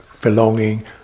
belonging